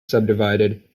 subdivided